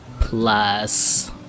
plus